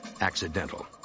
accidental